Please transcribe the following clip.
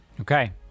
Okay